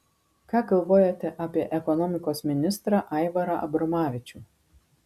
ką galvojate apie ekonomikos ministrą aivarą abromavičių